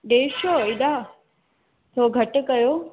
ॾेढ सौ हेॾा थोरो घटि कयो